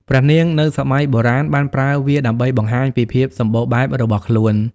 ព្រះនាងនៅសម័យបុរាណបានប្រើវាដើម្បីបង្ហាញពីភាពសម្បូរបែបរបស់ខ្លួន។